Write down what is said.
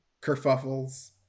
kerfuffles